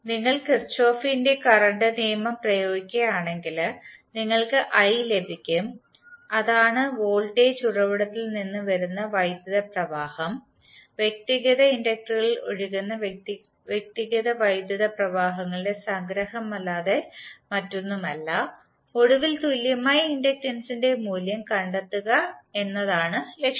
നിങ്ങൾ കിർചോഫിന്റെ കറന്റ് നിയമം പ്രയോഗിക്കുകയാണെങ്കിൽ നിങ്ങൾക്ക് i ലഭിക്കും അതാണ് വോൾട്ടേജ് ഉറവിടത്തിൽ നിന്ന് വരുന്ന വൈദ്യുത പ്രവാഹം വ്യക്തിഗത ഇൻഡക്ടറുകളിൽ ഒഴുകുന്ന വ്യക്തിഗത വൈദ്യുത പ്രവാഹങ്ങളുടെ സംഗ്രഹം അല്ലാതെ മറ്റൊന്നുമല്ല ഒടുവിൽ തുല്യമായ ഇൻഡക്റ്റൻസിന്റെ മൂല്യം കണ്ടെത്തുക എന്നതാണ് ലക്ഷ്യം